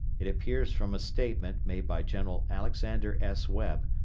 it appears from a statement made by general alexander s. webb,